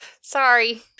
Sorry